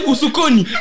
Usukoni